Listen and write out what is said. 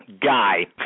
guy